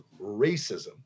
racism